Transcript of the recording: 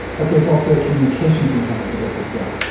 but there's also a communication component to this as well.